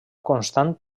constant